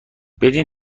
بدین